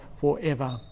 forever